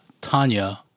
tanya